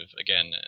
again